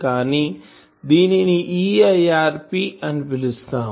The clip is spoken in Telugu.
కానీ దీనిని EIRP అని పిలుస్తాము